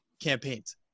campaigns